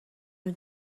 این